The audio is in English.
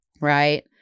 Right